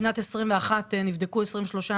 קורסים למנהלים, קורסים בכל נושא מקצועי.